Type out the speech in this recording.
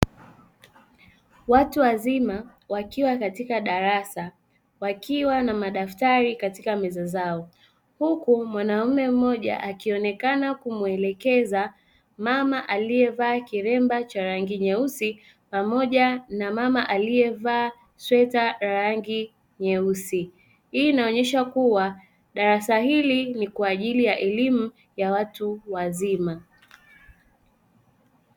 Watu wazima wakiwa katika darasa wakiwa na madaftari katika meza zao huku mwanamume mmoja akionekana kumwelekeza mama aliyevaa kilemba cha rangi nyeusi pamoja na mama aliyevaa sweta rangi nyeusi hii inaonyesha kuwa darasa hili ni kwa ajili ya elimu ya watu wazima.